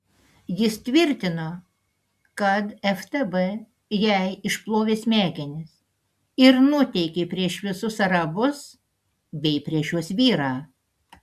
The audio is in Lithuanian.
jis tvirtino kad ftb jai išplovė smegenis ir nuteikė prieš visus arabus bei prieš jos vyrą